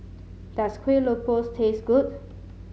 does Kueh Lopes taste good